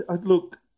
Look